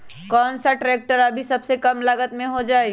कौन सा ट्रैक्टर अभी सबसे कम लागत में हो जाइ?